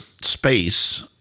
space